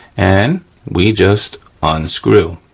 and we just unscrew.